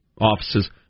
offices